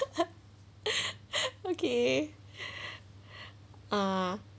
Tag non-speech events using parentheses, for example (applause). (laughs) okay uh